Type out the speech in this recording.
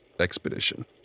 expedition